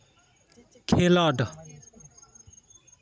ᱠᱷᱮᱞᱚᱰ